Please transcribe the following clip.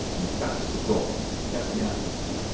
and that's the problem. that's the idea, yes.